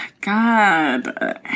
God